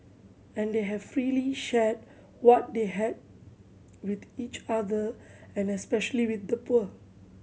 and they have freely shared what they had with each other and especially with the poor